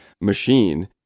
machine